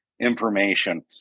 information